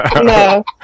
No